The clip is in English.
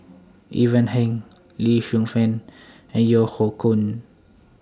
Ivan Heng Lee Shu Fen and Yeo Hoe Koon